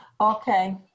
Okay